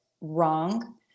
wrong